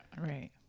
right